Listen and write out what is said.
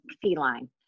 feline